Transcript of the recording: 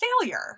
failure